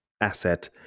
asset